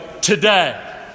Today